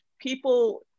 People